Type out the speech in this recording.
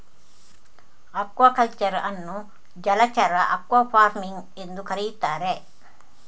aquaculture ಅನ್ನು ಜಲಚರ aquafarming ಎಂದೂ ಕರೆಯುತ್ತಾರೆ